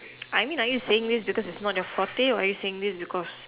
I mean are you saying this because it's not your forte or are you saying this because